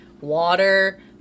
water